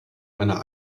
einer